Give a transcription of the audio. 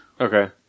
Okay